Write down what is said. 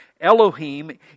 Elohim